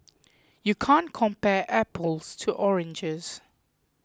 you can't compare apples to oranges